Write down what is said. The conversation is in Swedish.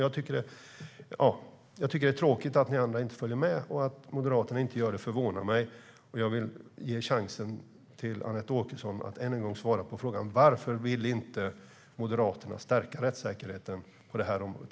Jag tycker att det är tråkigt att ni andra inte följer med, och att Moderaterna inte gör det förvånar mig. Jag vill än en gång ge Anette Åkesson chansen att svara på frågan varför Moderaterna inte vill stärka rättssäkerheten på det här området.